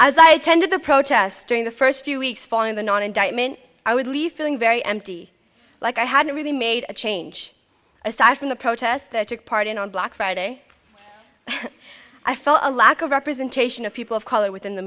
as i attended the protests during the first few weeks following the non indictment i would leave feeling very empty like i hadn't really made a change aside from the protests that took part in on black friday i felt a lack of representation of people of color within the